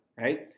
right